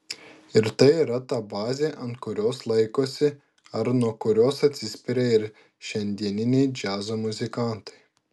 ir tai yra ta bazė ant kurios laikosi ar nuo kurios atsispiria ir šiandieniniai džiazo muzikantai